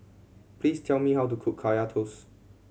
please tell me how to cook Kaya Toast